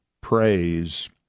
praise